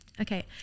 Okay